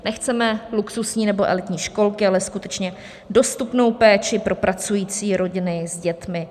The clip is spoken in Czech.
Nechceme luxusní nebo elitní školky, ale skutečně dostupnou péči pro pracující rodiny s dětmi.